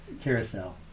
carousel